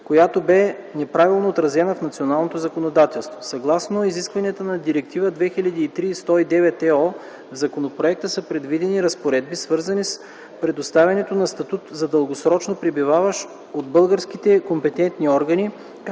която бе неправилно отразена в националното законодателство. Съгласно изискванията на Директива 2003/109/ЕО, в законопроекта са предвидени разпоредби, свързани с предоставянето на статут за дългосрочно пребиваващ от българските компетентни органи,